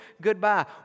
goodbye